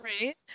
Right